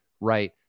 right